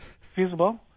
feasible